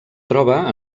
troba